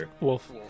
Wolf